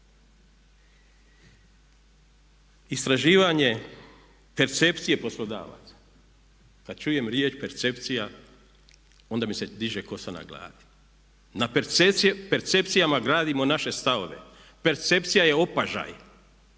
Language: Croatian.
Istraživanje percepcije poslodavaca, kad čujem riječ percepcija onda mi se diže kosa na glavi. Na percepcijama gradimo naše stavove. Percepcija je opažaj.